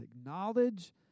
acknowledge